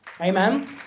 amen